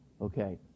okay